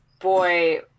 boy